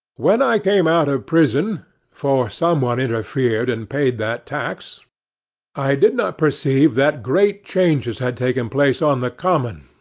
when i came out of prison for some one interfered, and paid that tax i did not perceive that great changes had taken place on the common,